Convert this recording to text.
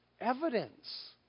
evidence